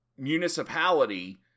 municipality